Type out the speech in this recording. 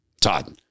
Todd